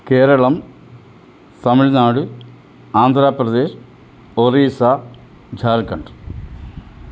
Keralam Tamil Nadu Andhra Pradesh Orissa Jharkhand